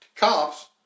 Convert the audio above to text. Cops